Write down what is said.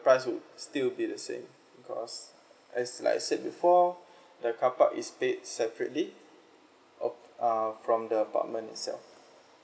price would still be the same because as like I said before the car park is paid separately of uh from the apartment itself